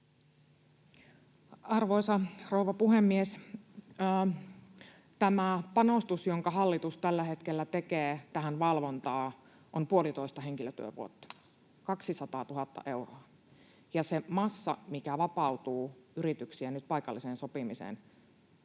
Arvoisa rouva puhemies! Tämä panostus, jonka hallitus tällä hetkellä tekee tähän valvontaan, on puolitoista henkilötyövuotta, 200 000 euroa. Ja siinä massassa, mikä vapautuu yrityksiä nyt paikalliseen sopimiseen, ei